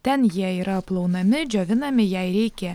ten jie yra plaunami džiovinami jei reikia